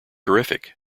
terrific